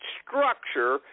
structure